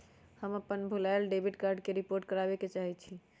हम अपन भूलायल डेबिट कार्ड के रिपोर्ट करावे के चाहई छी